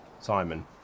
Simon